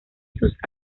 sus